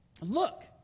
look